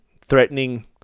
threatening